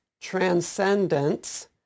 transcendence